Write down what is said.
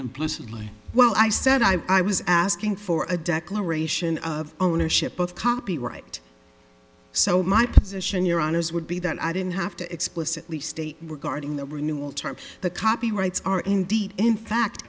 implicitly well i said i was asking for a declaration of ownership of copyright so my position your honour's would be that i didn't have to explicitly state regarding the renewal term the copyrights are indeed in fact